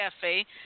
cafe